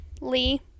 Lee